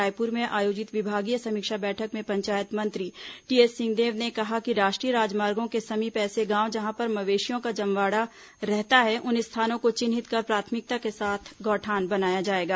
रायपुर में आयोजित विभागीय समीक्षा बैठक में पंचायत मंत्री टीएस सिंहदेव ने कहा कि राष्ट्रीय राजमार्गों के समीप ऐसे गांव जहां पर मवेशियों का जमावड़ा रहता है उन स्थानों को चिन्हित कर प्राथमिकता के साथ गौठान बनाया जाएगा